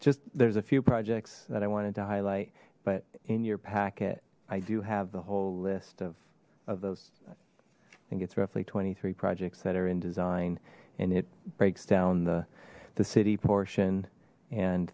just there's a few projects that i wanted to highlight but in your packet i do have the whole list of of those i think it's roughly twenty three projects that are in design and it breaks down the the city portion and